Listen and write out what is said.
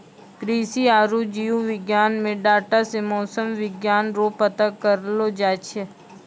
कृषि आरु जीव विज्ञान मे डाटा से मौसम विज्ञान रो पता करलो जाय छै